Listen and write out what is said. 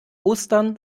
ostern